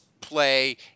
play